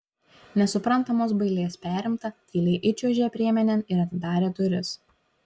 nesuprantamos bailės perimta tyliai įčiuožė priemenėn ir atidarė duris